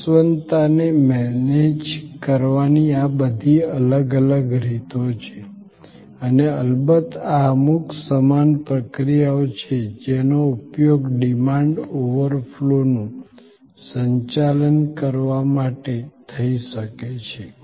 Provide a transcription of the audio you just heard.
નાશવંતતાને manage કરવાની આ બધી અલગ અલગ રીતો છે અને અલબત્ત આ અમુક સમાન પ્રક્રિયાઓ છે જેનો ઉપયોગ ડિમાન્ડ ઓવરફ્લોનું સંચાલન કરવા માટે થઈ શકે છે